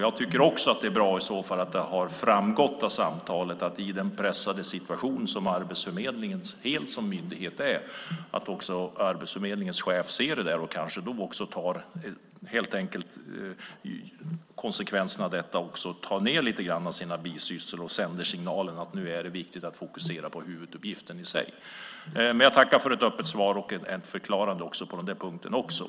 Det är också bra att det har framgått av samtalet att Arbetsförmedlingens chef i den pressade situation som Arbetsförmedlingen som myndighet befinner sig i tar konsekvenserna av detta och minskar på sina bisysslor och sänder signalen att det är viktigt att fokusera på huvuduppgiften. Jag tackar för ett öppet svar och en förklaring på den punkten också.